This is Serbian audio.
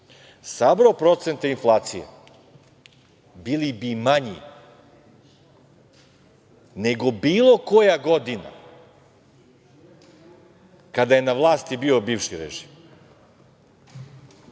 sabrao procente inflacije, bili bi manji nego bilo koja godina kada je na vlasti bio bivši režim